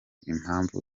impamvu